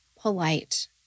polite